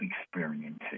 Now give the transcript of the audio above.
experiencing